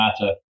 matter